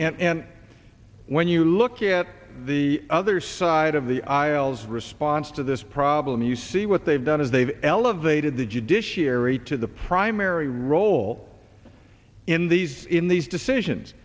and when you look at the other side of the aisles response to this problem you see what they've done is they've elevated the judiciary to the primary role in these in these decisions